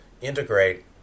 integrate